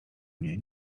mnie